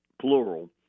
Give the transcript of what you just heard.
plural